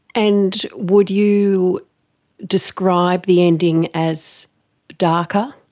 and would you describe the ending as darker?